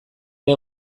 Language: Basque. ere